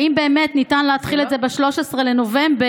האם באמת ניתן להתחיל את זה ב-13 בנובמבר,